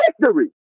victory